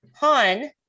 Han